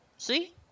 See